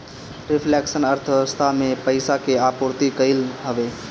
reflection अर्थव्यवस्था में पईसा के आपूर्ति कईल हवे